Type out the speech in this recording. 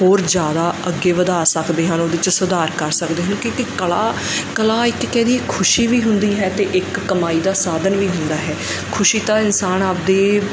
ਹੋਰ ਜਿਆਦਾ ਅੱਗੇ ਵਧਾ ਸਕਦੇ ਹਨ ਉਹਦੇ 'ਚ ਸੁਧਾਰ ਕਰ ਸਕਦੇ ਹੋ ਕਿਉਂਕਿ ਕਲਾ ਕਲਾ ਇੱਕ ਕਹਿ ਦਈਏ ਖੁਸ਼ੀ ਵੀ ਹੁੰਦੀ ਹੈ ਤੇ ਇੱਕ ਕਮਾਈ ਦਾ ਸਾਧਨ ਵੀ ਹੁੰਦਾ ਹੈ ਖੁਸ਼ੀ ਤਾਂ ਇਨਸਾਨ ਆਪਦੇ